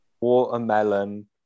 Watermelon